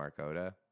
Marcota